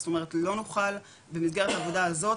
זאת אומרת לא נוכל במסגרת העבודה הזאת,